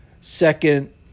second